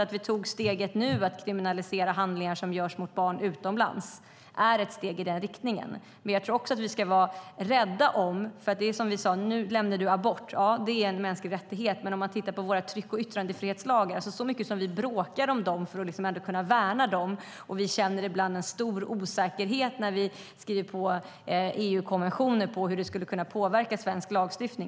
Att vi nu tog steget att kriminalisera handlingar som görs mot barn utomlands tror jag är ett steg i den riktningen. Nu nämnde Lena Olsson abort. Det är en mänsklig rättighet. Men vi bråkar mycket om våra tryck och yttrandefrihetslagar för att kunna värna dem, och vi känner ibland en stor osäkerhet inför hur det ska påverka svensk lagstiftning när vi skriver på EU-konventioner.